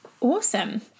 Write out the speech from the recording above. Awesome